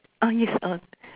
ah yes err